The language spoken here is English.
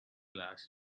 last